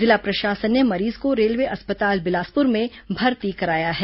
जिला प्रशासन ने मरीज को रेलवे अस्पताल बिलासपुर में भर्ती कराया है